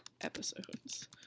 episodes